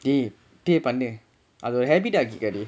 dey இப்பவே பண்ணு அது ஒரு:ippavae pannu athu oru habit ஆகிக்கோ:aagikko dey